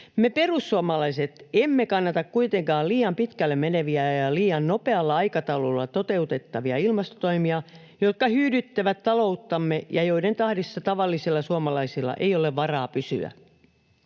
Me perussuomalaiset kuitenkaan emme kannata liian pitkälle meneviä ja liian nopealla aikataululla toteutettavia ilmastotoimia, jotka hyydyttävät talouttamme ja joiden tahdissa tavallisilla suomalaisilla ei ole varaa pysyä.